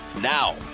Now